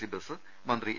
C ബസ് ്മന്ത്രി A